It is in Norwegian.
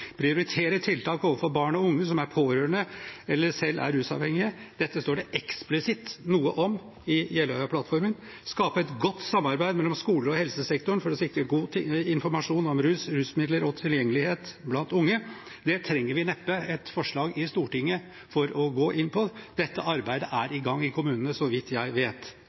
prioritere tiltak overfor barn og unge som er pårørende eller selv er rusavhengige.» Dette står det eksplisitt noe om i Jeløya-plattformen. skape et godt samarbeid mellom skoler og helsesektoren, for å sikre god informasjon om rus, rusmidler og tilgjengelighet blant unge.» Det trenger vi neppe et forslag i Stortinget for å gå inn på. Dette arbeidet er i gang i kommunene, så vidt jeg vet.